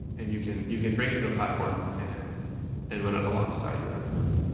and you can you can bring it to the platform and and run alongside your other workload.